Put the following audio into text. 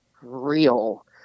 real